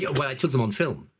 yeah, well, i took them on film.